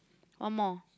one more